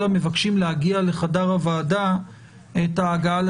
המבקשים להגיע לחדר הוועדה את ההגעה.